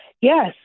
yes